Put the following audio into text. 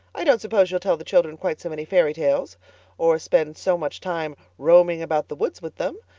i don't suppose she'll tell the children quite so many fairy tales or spend so much time roaming about the woods with them.